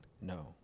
No